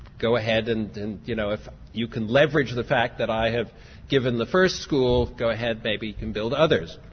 go ahead and and you know if you can leverage the fact that i have given the first school, go ahead maybe you can build others.